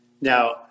Now